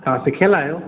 तव्हां सिखयल आहियो